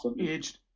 aged